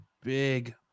big